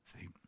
See